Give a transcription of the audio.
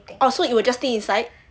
orh so it will just stay inside